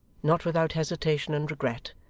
not without hesitation and regret,